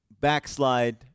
backslide